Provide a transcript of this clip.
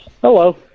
Hello